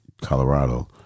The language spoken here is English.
Colorado